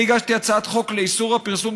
לפני 18 שנה הגשתי הצעת חוק לאיסור הפרסום,